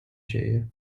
dzieje